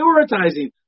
prioritizing